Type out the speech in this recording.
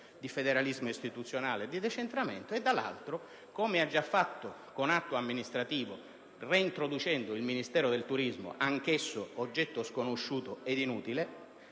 di federalismo istituzionale e di decentramento e, dall'altro, con atto amministrativo reintroducono il Ministero del turismo, anch'esso oggetto sconosciuto e inutile